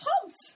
pumped